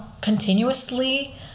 continuously